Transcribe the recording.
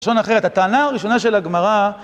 לשון אחרת, הטענה הראשונה של הגמרא